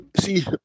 see